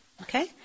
okay